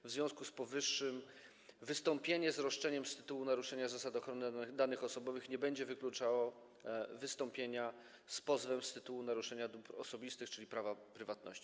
W związku z powyższym wystąpienie z roszczeniem z tytułu naruszenia zasad ochrony danych osobowych nie będzie wykluczało wystąpienia z pozwem z tytułu naruszenia dóbr osobistych, czyli prawa prywatności.